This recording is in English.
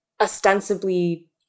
ostensibly